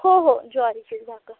हो हो ज्वारीचीच भाकर